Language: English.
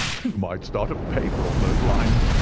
you might start a paper on those lines.